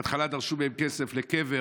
בהתחלה דרשו מהם כסף לקבר